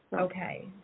Okay